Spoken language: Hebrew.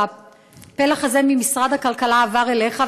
והפלח הזה ממשרד הכלכלה עבר אליך,